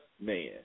man